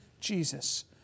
Jesus